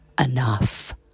enough